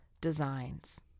designs